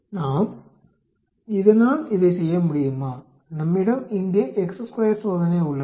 நாம் இதனால் இதைச் செய்ய முடியுமா நம்மிடம் இங்கே சோதனை உள்ளது